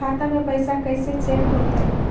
खाता में पैसा कैसे चेक हो तै?